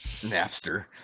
Napster